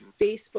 Facebook